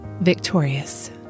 victorious